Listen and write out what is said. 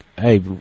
hey